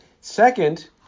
Second